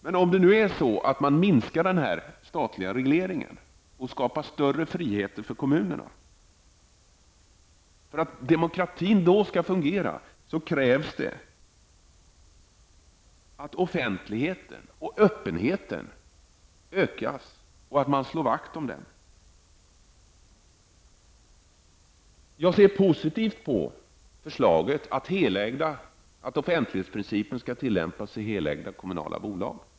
Men om den statliga regleringen minskas och om större friheter skapas för kommunerna, krävs det för att demokratin skall fungera en större offentlighet och öppenhet. Man måste slå vakt om dessa. Jag ser positivt på förslaget om att offentlighetsprincipen skall tillämpas i helägda kommunala bolag.